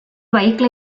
vehicle